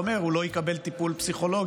הוא אמר: הוא לא יקבל טיפול פסיכולוגי,